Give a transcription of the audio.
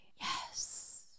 Yes